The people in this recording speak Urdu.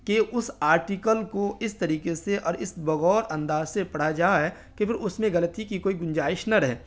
کہ اس آرٹیکل کو اس طریقے سے اور اس بغور انداز سے پڑھا جائے کہ پھر اس میں غلطی کی کوئی گنجائش نہ رہے